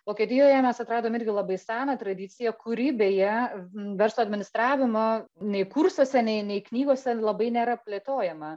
vokietijoje mes atradom irgi labai seną tradiciją kuri beje n verslo administravimo nei kursuose nei nei knygose labai nėra plėtojama